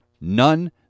None